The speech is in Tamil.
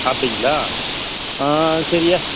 அப்படிங்ளா ஆ சரியா